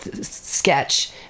sketch